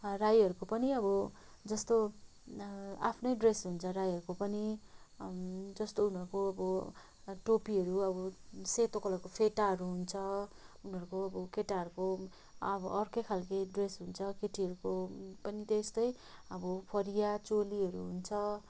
राईहरूको पनि अब जस्तो आफ्नै ड्रेस हुन्छ राईहरूको पनि जस्तो उनारूको अब टोपीहरू अब सेतो कलरको फेटाहरू हुन्छ उनीहरूको अब केटाहरूको अब अर्कै खालको ड्रेस हुन्छ केटीहरूको पनि त्यस्तै अब फरिया चोलीहरू हुन्छ